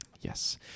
Yes